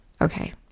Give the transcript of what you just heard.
Okay